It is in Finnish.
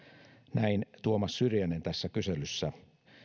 näin tuomas syrjänen tässä kyselyssä